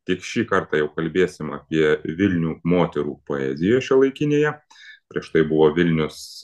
tik šį kartą jau kalbėsime apie vilnių moterų poezijoj šiuolaikinėje prieš tai buvo vilnius